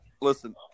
listen